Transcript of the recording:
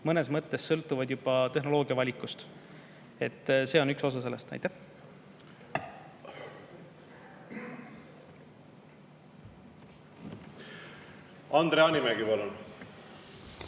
mõnes mõttes sõltuvad juba tehnoloogia valikust. See on üks osa sellest. Aitäh küsimuse